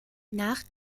nach